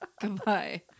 Goodbye